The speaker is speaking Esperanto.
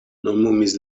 nomumis